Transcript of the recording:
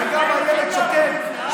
זאת גם אילת שקד,